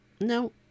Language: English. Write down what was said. No